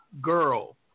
girl